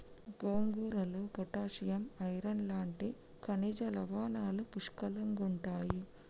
గోంగూరలో potassium, iron లాంటి ఖనిజ లవణాలు పుష్కలంగుంటాయి